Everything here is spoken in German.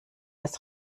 des